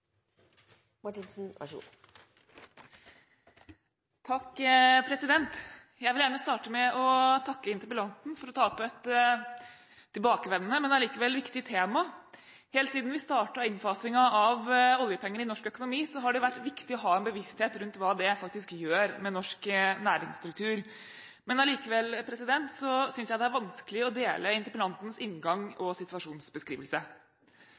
steller med, så vi får avvente det svaret som Arbeidsdepartementet kommer fram til. Jeg vil gjerne starte med å takke interpellanten for å ta opp et tilbakevendende, men allikevel viktig tema. Helt siden vi startet innfasingen av oljepenger i norsk økonomi har det vært viktig å ha en bevissthet rundt hva det faktisk gjør med norsk næringsstruktur. Men allikevel synes jeg det er vanskelig å dele interpellantens inngang